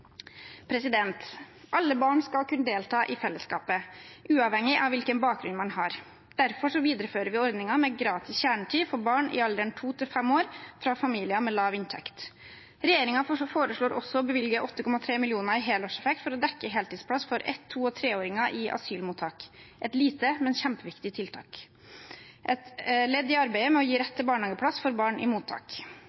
Alle barn skal kunne delta i fellesskapet, uavhengig av hvilken bakgrunn de har. Derfor viderefører vi ordningen med gratis kjernetid for barn i alderen to–fem år fra familier med lav inntekt. Regjeringen foreslår også å bevilge 8,3 mill. kr i helårseffekt for å dekke heltidsplass for ett-, to- og treåringer i asylmottak – et lite, men kjempeviktig tiltak og et ledd i arbeidet med å gi